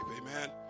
amen